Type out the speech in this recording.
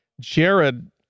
Jared